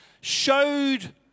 showed